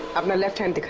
um and left hand.